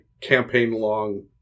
campaign-long